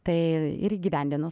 tai ir įgyvendinau